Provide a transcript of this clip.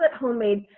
homemade